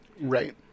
Right